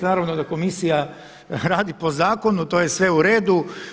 Naravno da komisija radi po zakonu, to je sve u redu.